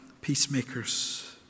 peacemakers